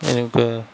எனக்கு